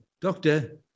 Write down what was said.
doctor